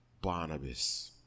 Barnabas